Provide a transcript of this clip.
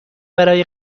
برای